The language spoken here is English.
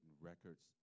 records